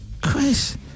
Chris